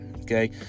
Okay